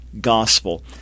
gospel